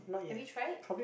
have we tried